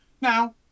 Now